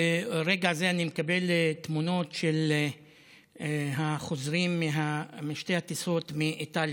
ברגע זה אני מקבל תמונות של החוזרים משתי הטיסות מאיטליה.